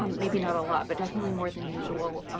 um maybe not a lot, but definitely more than usual,